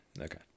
Okay